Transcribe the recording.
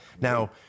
Now